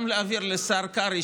גם להעביר לשר קרעי,